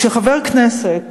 כשחבר כנסת